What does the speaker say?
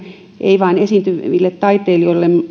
ei vain esiintyville taiteilijoille